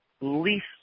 least